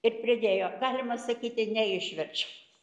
ir pridėjo galima sakyti neišverčiamas